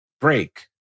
break